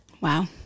Wow